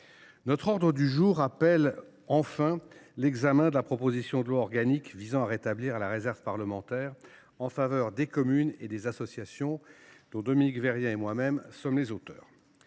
notre ordre du jour appelle, enfin, l’examen de la proposition de loi organique visant à rétablir la réserve parlementaire en faveur des communes rurales et des associations, dont Dominique Vérien et moi même sommes les auteurs.